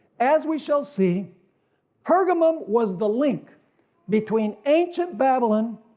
as we shall see pergamum was the link between ancient babylon,